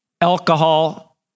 alcohol